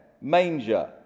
manger